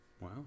Wow